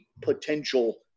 potential